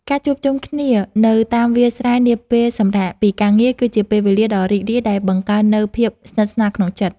ការជួបជុំគ្នានៅតាមវាលស្រែនាពេលសម្រាកពីការងារគឺជាពេលវេលាដ៏រីករាយដែលបង្កើននូវភាពស្និទ្ធស្នាលក្នុងចិត្ត។